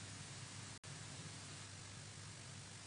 אני רוצה לפתוח בנושא האחרון,